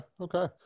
okay